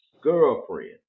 girlfriend